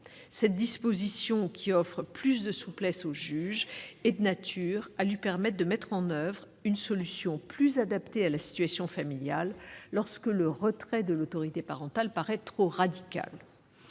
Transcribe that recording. Cette disposition, qui offre plus de souplesse au juge, est de nature à lui permettre de mettre en oeuvre une solution plus adaptée à la situation familiale lorsque le retrait de l'autorité parentale paraît trop radical.